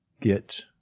get